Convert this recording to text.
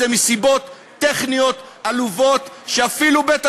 אין בזה פגיעה בפרטיות, אפשר להודיע להם את